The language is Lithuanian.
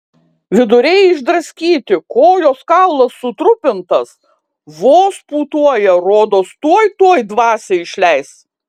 viduriai išdraskyti kojos kaulas sutrupintas vos pūtuoja rodos tuoj tuoj dvasią išleis